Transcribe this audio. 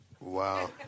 wow